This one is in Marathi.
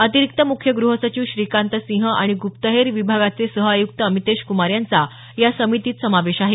अतिरिक्त मुख्य ग्रहसचिव श्रीकांत सिंह आणि ग्प्पहेर विभागाचे सहआयुक्त अमितेश कुमार यांचा या समितीत समावेश आहे